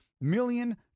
million